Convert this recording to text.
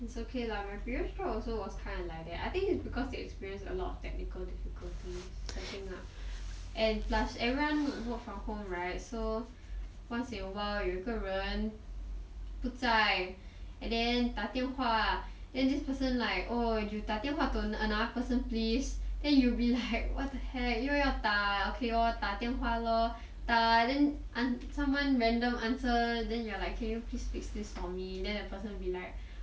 it's okay lah my previous job also was kind of like that I think it's because they experienced a lot of technical difficulties setting up and plus everyone work from home right so once in awhile 有一个人不在 and then 打电话 then this person like oh you 打电话 to another person please then you will be like what the heck 因为要打 then you will be like okay lor 打电话 lor then ah someone random answer then you are like can you please fix this for me then the person will be like